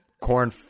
corn